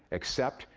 accept,